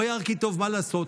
וירא כי טוב, מה לעשות?